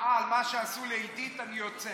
כמחאה על מה שעשו לעידית, אני יוצא.